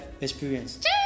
experience